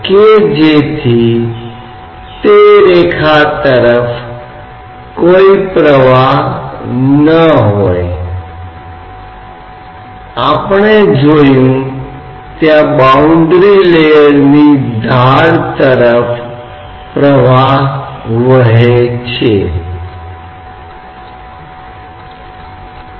यदि यह h काफी बड़ा है तो इस पर घनत्व में एक महत्वपूर्ण भिन्नता हो सकती है ठीक उसी तरह जैसे कि वायुमंडल जो कि पृथ्वी की सतह से ऊपर है जैसे ही आप पृथ्वी की सतह से ऊपर जाते हैं आप घनत्व के बदलने की उम्मीद करते हैं क्योंकि तापमान में परिवर्तन होता है